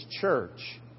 church